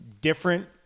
Different